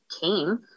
came